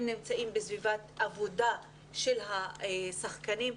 הם נמצאים בסביבת עבודה של השחקנים,